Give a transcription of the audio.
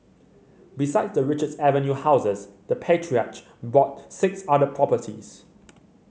besides the Richards Avenue houses the patriarch bought six other properties